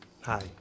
hi